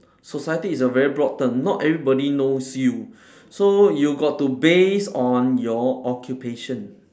society is a very broad term not everybody knows you so you got to based on your occupation